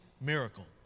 miracle